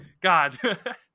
God